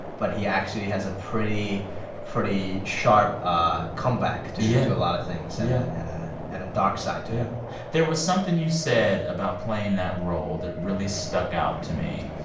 but he actually has a pretty pretty sharp ah comeback to yeah to a lot of things yeah and ah and a dark side to him there was something you said about playing that role that really stuck out to me.